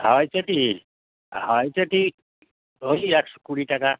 হাওয়াই চটি হাওয়াই চটি ওই একশো কুড়ি টাকা